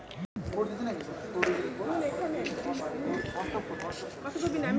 mutual savings bank সাধারন মানুষের জন্য বেশ উপকারী